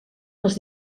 les